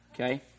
okay